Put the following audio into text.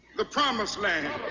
the promised land.